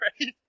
right